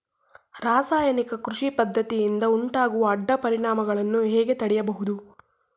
ರಾಸಾಯನಿಕ ಕೃಷಿ ಪದ್ದತಿಯಿಂದ ಉಂಟಾಗುವ ಅಡ್ಡ ಪರಿಣಾಮಗಳನ್ನು ಹೇಗೆ ತಡೆಯಬಹುದು?